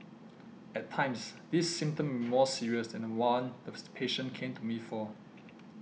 at times this symptom more serious than the one the patient came to me for